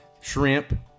Shrimp